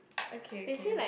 okay okay right